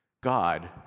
God